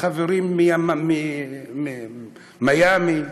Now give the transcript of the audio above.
לחברים ממיאמי.